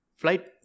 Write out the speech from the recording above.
flight